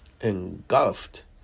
engulfed